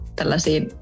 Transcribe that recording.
tällaisiin